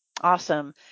Awesome